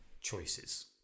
choices